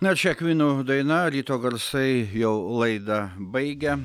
na ir čia kvinų daina ryto garsai jau laidą baigia